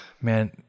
man